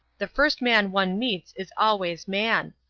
the first man one meets is always man.